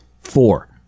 four